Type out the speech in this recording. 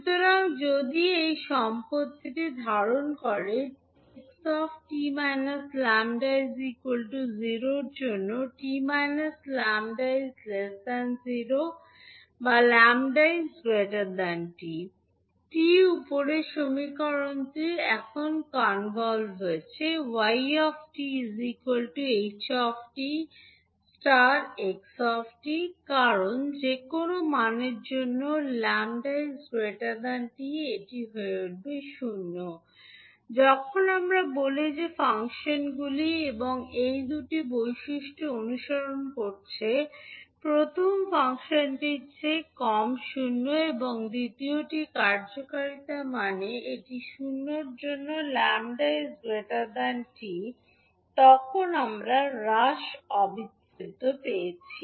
সুতরাং যদি এই সম্পত্তিটি ধারণ করে 𝑡 𝑡 𝜆 0 এর জন্য 𝑡 𝜆 0 বা 𝜆 𝑡 𝑡 উপরের সমীকরণটি এখন কনভলভ হয়ে উঠবে 𝑦 𝑡 ℎ 𝑡 ∗ 𝑥 𝑡 ∫𝑡 𝑥 𝜆 ℎ 𝑡 𝜆 𝑑𝜆 কারণ যে কোনও মানের জন্য 𝜆 𝑡 এটি হয়ে উঠবে 0 যখন আমরা বলি যে ফাংশনগুলি এই 2 টি বৈশিষ্ট্য অনুসরণ করছে প্রথম ফাংশন 0 টির চেয়ে কম 0 এবং দ্বিতীয়টি কার্যকারিতা মানে এটি 0 এর জন্য 𝜆 𝑡 তখন আমরা হ্রাস অবিচ্ছেদ্য পেয়েছি